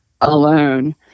alone